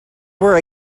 were